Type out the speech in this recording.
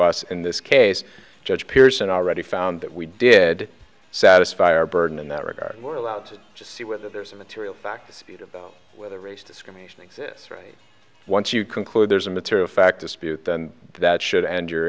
us in this case judge pearson already found that we did satisfy our burden in that regard we're allowed to just see whether there's a material fact dispute about whether race discrimination exists right once you conclude there's a material fact dispute and that should end